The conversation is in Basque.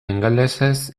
ingelesez